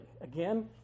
again